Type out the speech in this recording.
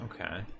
Okay